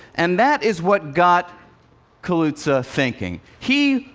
and that is what got kaluza thinking. he,